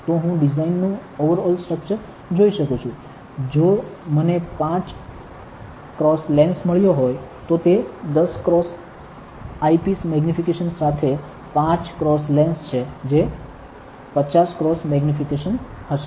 તો હું ડિઝાઇનનુ ઓવરઓલ સ્ટ્રક્ચર જોઈ શકું છું જો મને 5 x લેન્સ મળ્યો હોય તો તે 10 x આઇપિસ મેગ્નિફિકેશન સાથે 5 x લેન્સ છે જે 50 x મેગ્નીફિકેશન હશે